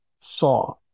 saw